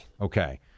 Okay